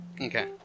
Okay